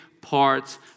parts